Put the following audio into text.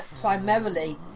Primarily